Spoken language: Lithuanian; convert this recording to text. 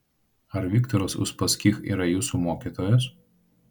ar viktoras uspaskich yra jūsų mokytojas